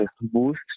Boost